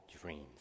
dreams